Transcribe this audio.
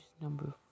number